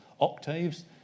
octaves